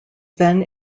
then